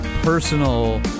personal